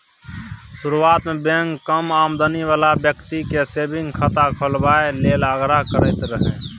शुरुआत मे बैंक कम आमदनी बला बेकती केँ सेबिंग खाता खोलबाबए लेल आग्रह करैत रहय